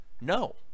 No